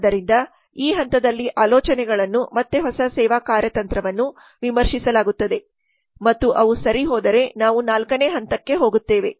ಆದ್ದರಿಂದ ಈ ಹಂತದಲ್ಲಿ ಆಲೋಚನೆಗಳನ್ನು ಮತ್ತೆ ಹೊಸ ಸೇವಾ ಕಾರ್ಯತಂತ್ರವನ್ನು ವಿಮರ್ಶಿಸಲಾಗುತ್ತದೆ ಮತ್ತು ಅವು ಸರಿ ಹೋದರೆ ನಾವು ನಾಲ್ಕನೇ ಹಂತಕ್ಕೆ ಹೋಗುತ್ತೇವೆ